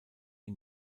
ihn